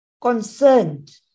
concerned